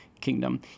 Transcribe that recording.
kingdom